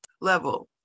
level